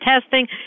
testing